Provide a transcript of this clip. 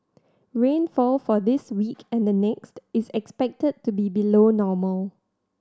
rainfall for this week and the next is expected to be below normal